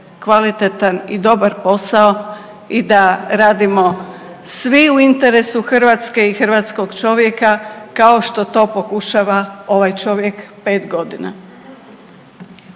kvalitetan i dobar posao i da radimo svi u interesu Hrvatske i hrvatskog čovjeka kao što što pokušava ovaj čovjek 5 godina.